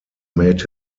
made